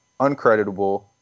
uncreditable